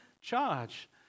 charge